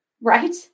Right